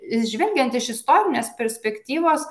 žvelgiant iš istorinės perspektyvos